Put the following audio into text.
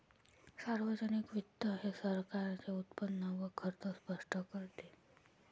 सार्वजनिक वित्त हे सरकारचे उत्पन्न व खर्च स्पष्ट करते